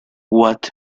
what